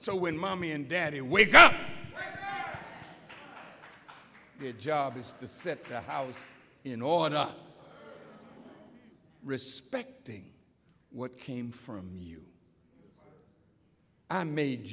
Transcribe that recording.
so when mommy and daddy wake up their job is to set the house in order not respecting what came from you made